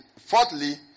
fourthly